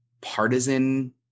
partisan